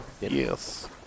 Yes